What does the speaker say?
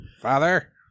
Father